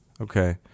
Okay